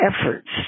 efforts